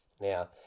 Now